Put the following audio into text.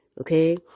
Okay